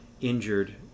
injured